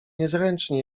niezręcznie